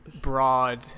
broad